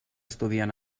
estudien